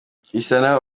cristiano